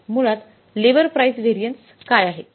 मुळात लंबे price variance काय आहे